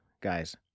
guys